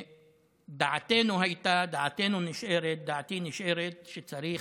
דעתנו הייתה, דעתנו נשארת, דעתי נשארת, שצריך,